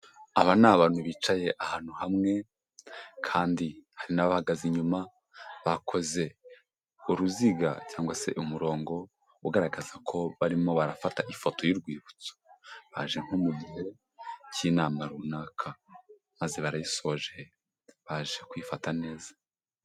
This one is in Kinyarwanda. Aba ni abantu bicaye ahantu hamwe, kandi hari n'abahagaze inyuma bakoze uruziga cyangwa se umurongo ugaragaza ko barimo barafata ifoto y'urwibutso, baje nko mu gihe k'inama runaka maze barayisoje baje kwifata neza.